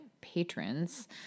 patrons